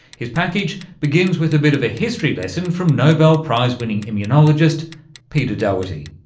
his package begins with a bit of a history lesson from nobel prize winning immunologist peter doherty.